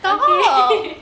okay